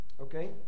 Okay